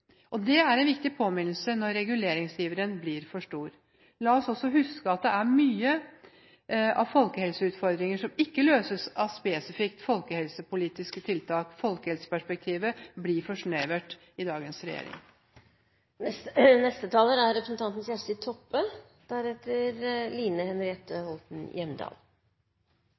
Det er en viktig påminnelse når reguleringsiveren blir for stor. La oss også huske at det er mange av folkehelseutfordringene som ikke løses av spesifikt folkehelsepolitiske tiltak. Folkehelseperspektivet blir for snevert i dagens regjering.